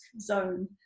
zone